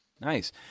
Nice